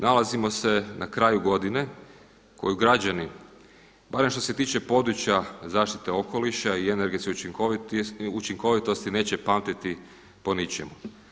Nalazimo se na kraju godine koju građani barem što se tiče područja zaštite okoliša i energetske učinkovitosti neće pamtiti po ničemu.